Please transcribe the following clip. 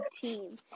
team